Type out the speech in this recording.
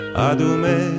adume